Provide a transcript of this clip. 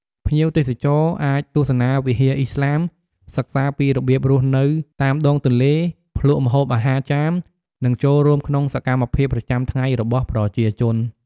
ភ្ញៀវទេសចរអាចទស្សនាវិហារឥស្លាម សិក្សាពីរបៀបរស់នៅតាមដងទន្លេ ភ្លក្សម្ហូបអាហារចាម និងចូលរួមក្នុងសកម្មភាពប្រចាំថ្ងៃរបស់ប្រជាជន។